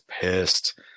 pissed